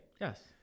Yes